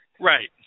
Right